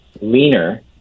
leaner